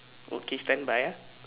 okay standby ah